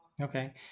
Okay